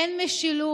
אין משילות,